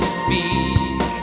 speak